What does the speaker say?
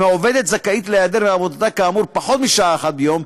אם העובדת זכאית להיעדר מעבודתה כאמור פחות משעה אחת ביום,